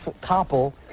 topple